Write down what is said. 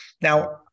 Now